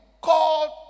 called